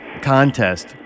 contest